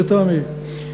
לטעמי,